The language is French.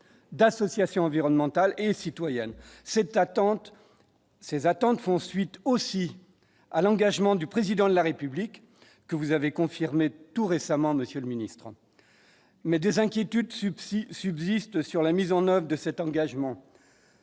d'associations environnementales et citoyenne, cette attente ces attentes font suite aussi à l'engagement du président de la République que vous avez confirmé, tout récemment, monsieur le ministre, mais des inquiétudes si subsistent sur la mise en oeuvre de cet engagement.